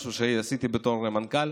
משהו שעשיתי בתור מנכ"ל,